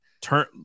turn